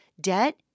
debt